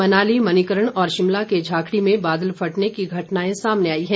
मनाली मणीकर्ण और शिमला के झाकड़ी में बादल फटने की घटनाएं सामने आई हैं